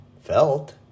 felt